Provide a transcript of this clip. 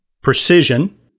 precision